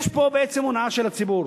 יש פה הונאה של הציבור.